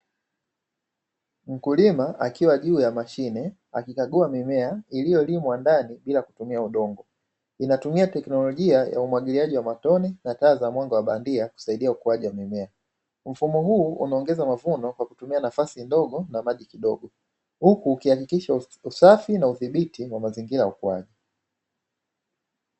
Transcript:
Mkulima, akiwa juu ya mashine, akikagua mimea iliyolimwa ndani bila kutumia udongo, inatumia teknolojia ya umwagiliaji wa motone na taa za mwanga wa bandia kusaidia ukuaji wa mimea. Mfumo huu unaongeza mafunzo kwa kutumia nafasi ndogo na maji kidogo, huku ukihakikisha usafi na udhibiti wa mazingira ya ukuaji.